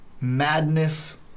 madness